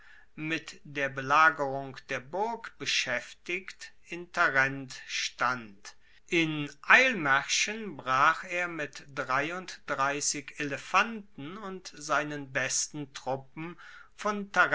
mit der belagerung der burg beschaeftigt in tarent stand in eilmaerschen brach er mit elefanten und seinen besten truppen von